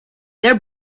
their